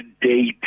date